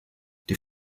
die